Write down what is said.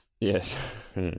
Yes